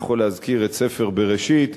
ואני יכול להזכיר את ספר בראשית,